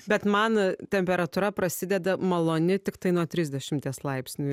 bet man temperatūra prasideda maloni tiktai nuo trisdešimties laipsnių